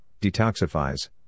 detoxifies